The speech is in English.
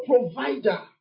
provider